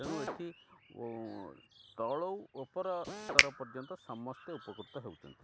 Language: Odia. ତେଣୁ ଏଠି ତଳୁ ଉପର ସ୍ତର ପର୍ଯ୍ୟନ୍ତ ସମସ୍ତେ ଉପକୃତ ହେଉଛନ୍ତି